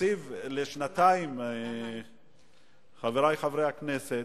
בתקציב לשנתיים, חברי חברי הכנסת,